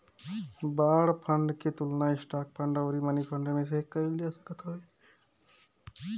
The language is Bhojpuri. बांड फंड के तुलना स्टाक फंड अउरी मनीफंड से कईल जा सकत हवे